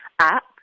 app